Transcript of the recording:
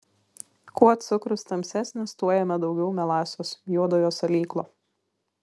kuo cukrus tamsesnis tuo jame daugiau melasos juodojo salyklo